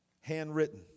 handwritten